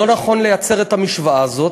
לא נכון לייצר את המשוואה הזאת.